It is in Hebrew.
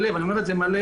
אני אומר את זה מלא,